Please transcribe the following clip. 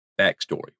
backstory